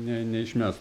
ne neišmes